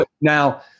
Now